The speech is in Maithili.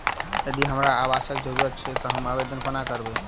यदि हमरा आवासक जरुरत छैक तऽ हम आवेदन कोना करबै?